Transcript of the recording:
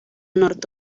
nord